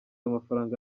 amafaranga